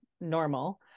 normal